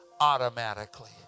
Automatically